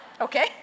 Okay